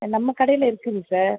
நம்ம கடையில் இருக்குங்க சார்